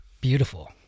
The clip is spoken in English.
beautiful